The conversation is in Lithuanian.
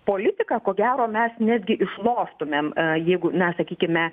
politiką ko gero mes netgi išloštumėm jeigu na sakykime